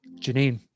Janine